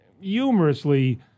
humorously